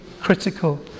critical